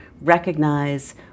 recognize